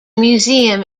museum